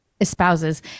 espouses